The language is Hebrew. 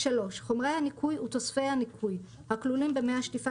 (3) חומרי הניקוי ותוספי הניקוי הכלולים במי השטיפה